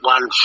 One